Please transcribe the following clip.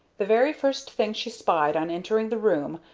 the very first thing she spied on entering the room,